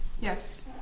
Yes